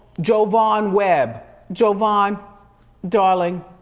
jovin webb. jovin, um darling,